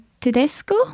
tedesco